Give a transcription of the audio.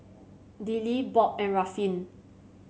Dillie Bob and Ruffin